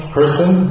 person